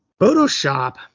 Photoshop